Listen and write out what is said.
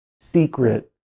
secret